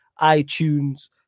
iTunes